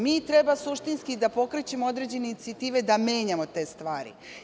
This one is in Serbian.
Mi treba suštinski da pokrećemo određene inicijative, da menjamo te stvari.